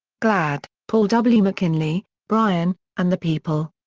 glad, paul w. mckinley, bryan, and the people.